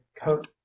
coat